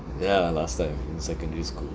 ya last time in secondary school